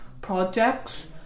projects